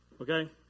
Okay